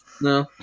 No